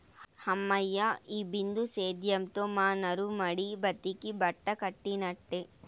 హమ్మయ్య, ఈ బిందు సేద్యంతో మా నారుమడి బతికి బట్టకట్టినట్టే